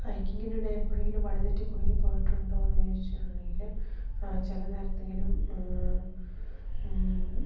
ഹൈക്കിങ്ങിനിടെ എപ്പോഴെങ്കിലും വഴിതെറ്റി കുടുങ്ങി പോയിട്ടുണ്ടോ എന്ന് ചോദിച്ചിട്ടുണ്ടെങ്കിൽ ചിലനേരത്തെങ്കിലും